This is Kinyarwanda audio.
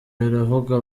baravuga